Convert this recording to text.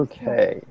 Okay